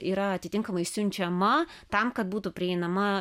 yra atitinkamai siunčiama tam kad būtų prieinama